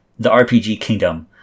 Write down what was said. TheRPGKingdom